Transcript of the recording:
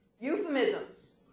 euphemisms